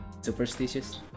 Superstitious